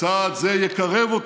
צעד זה יקרב אותו,